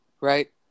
Right